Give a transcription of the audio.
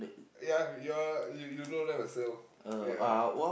ya your you you know them as well ya